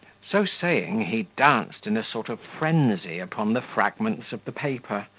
so saying, he danced in a sort of frenzy upon the fragments of the paper,